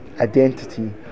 identity